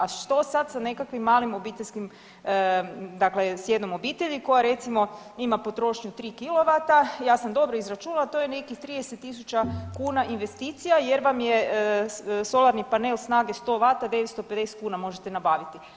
A što je sad sa nekakvim malim obiteljskim, dakle s jednom obitelji koja recimo ima potrošnju 3 kilovata, ja sam dobro izračunala to je nekih 30.000 kuna investicija jer vam je solarni panel snage 100 vata 950 kuna možete nabaviti.